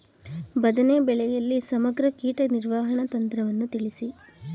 ಬದನೆ ಬೆಳೆಯಲ್ಲಿ ಸಮಗ್ರ ಕೀಟ ನಿರ್ವಹಣಾ ತಂತ್ರವನ್ನು ತಿಳಿಸಿ?